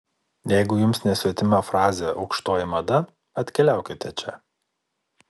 jeigu jums nesvetima frazė aukštoji mada atkeliaukite čia